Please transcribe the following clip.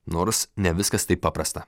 nors ne viskas taip paprasta